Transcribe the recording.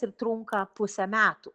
ir trunka pusę metų